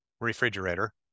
refrigerator